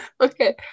Okay